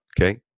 Okay